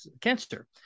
cancer